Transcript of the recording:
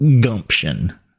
gumption